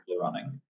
running